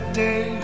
day